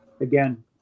again